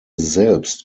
selbst